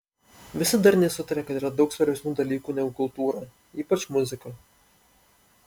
visi darniai sutaria kad yra daug svarbesnių dalykų negu kultūra ypač muzika